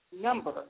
number